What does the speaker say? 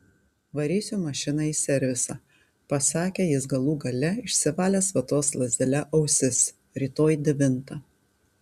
varysiu mašiną į servisą pasakė jis galų gale išsivalęs vatos lazdele ausis rytoj devintą